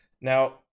Now